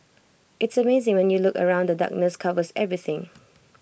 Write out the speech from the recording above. it's amazing when you look around and the darkness covers everything